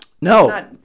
No